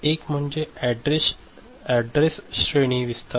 एक म्हणजे अॅड्रेस श्रेणी विस्तार